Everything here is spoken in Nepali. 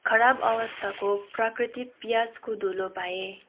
खराब अवस्थाको प्राकृतिक पियाजको धुलो पाएँ